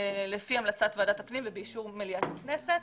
לפי המלצת ועדת הפנים ובאישור מליאת הכנסת,